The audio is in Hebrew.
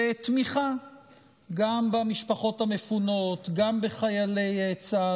לתמיכה גם במשפחות המפונות, גם בחיילי צה"ל.